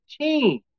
team